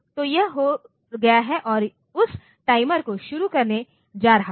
तो यह हो गया है और उस टाइमर को शुरू करने जा रहा है